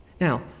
Now